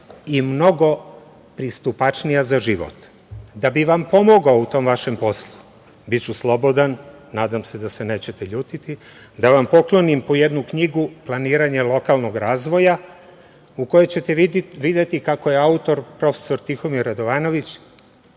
i mnogo pristupačnija za život. Da bih vam pomogao u tom vašem poslu, biću slobodan, nadam se da se nećete ljutiti, da vam poklonim po jednu knjigu „Planiranje lokalnog razvoja“, u kojoj ćete videti kako je autor profesor Tihomir Radovanović